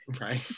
right